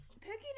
picking